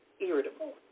irritable